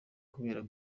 kubera